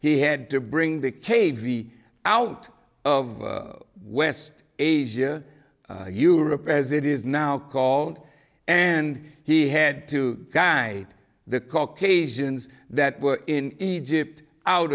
he had to bring the cavy out of west asia europe as it is now called and he had to guide the caucasians that were in egypt out